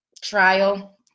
trial